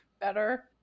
better